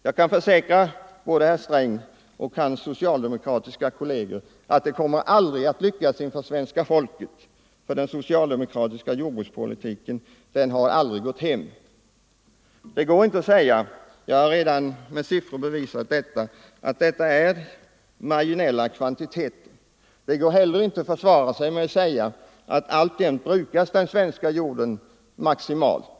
Jag kan försäkra både herr Sträng och hans socialdemokratiska kolleger att det aldrig kommer att lyckas inför svenska folket. Den socialdemokratiska jordbrukspolitiken har nämligen aldrig gått hem. Det går inte att säga — jag har redan med siffror bevisat det — att det är fråga om marginella kvantiteter. Det går heller inte att försvara sig med att säga att den svenska jorden alltjämt brukas maximalt.